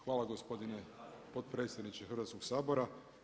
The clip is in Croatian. Hvala gospodine potpredsjedniče Hrvatskoga sabora.